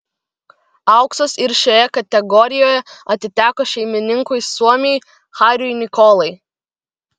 auksas ir šioje kategorijoje atiteko šeimininkui suomiui hariui nikolai